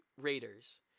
Raiders